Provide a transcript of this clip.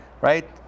Right